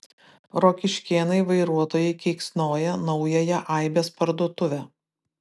rokiškėnai vairuotojai keiksnoja naująją aibės parduotuvę